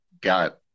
got